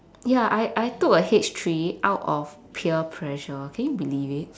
ya I I took a H three out of peer pressure can you believe it